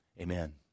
Amen